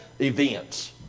events